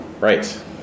Right